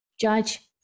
judge